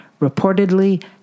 Reportedly